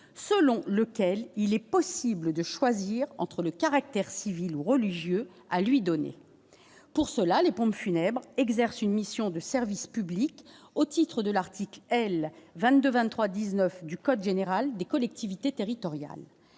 selon lequel il est possible de choisir entre le caractère civil ou religieux à lui donner pour cela, les pompes funèbres exerce une mission de service public au titre de l'article L. 22 23 19 du Code général des collectivités territoriales,